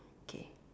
okay